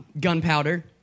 gunpowder